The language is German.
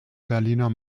berliner